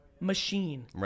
machine